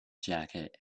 jacket